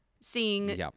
seeing